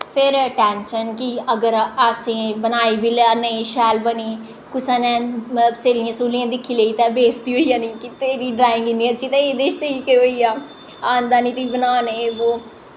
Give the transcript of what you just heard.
फिर टैंशन गी अगर असें बनाई बी लेई नेईं शैल बनी कुसै ने स्हेलियैं स्हूलियैं दिक्खी लेई तां बेशती होई जानी ते तेरी ड्राईंग इन्नी अच्छी ही ते ओह् एह्दे च तुगी केह् होई गेआ आंदा निं तुगी बनाने बो